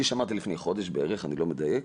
אני שמעתי לפני חודש בערך, אני לא מדייק,